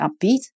upbeat